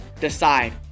Decide